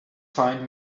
find